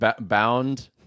Bound